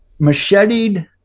macheted